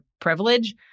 privilege